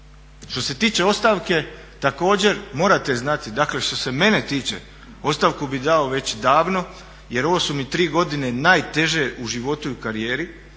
Što se tiče ostavke također morate znati, dakle što se mene tiče ostavku bih dao već davno jer ovo su mi tri godine najteže u životu i u karijeri,